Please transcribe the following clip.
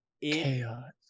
chaos